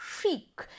chic